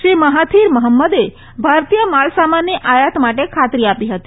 Shri Mahathir મહંમદે ભારતીય માલ સામાનની આયાત માટે ખાતરી આપી હતી